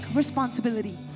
responsibility